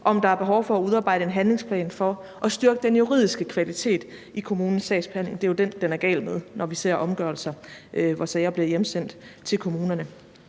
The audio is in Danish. om der er behov for at udarbejde en handlingsplan for at styrke den juridiske kvalitet i kommunens sagsbehandling. Det er jo den, som den er gal med, når vi ser omgørelser, hvor sager bliver hjemsendt til kommunerne.